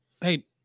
hey